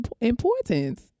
importance